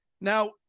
Now